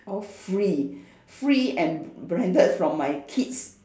all free free and branded from my kids